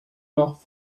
noch